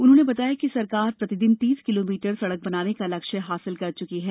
उन्होंने बताया कि सरकार प्रतिदिन तीस किलोमीटर सड़क बनाने का लक्ष्यय हासिल चुकी है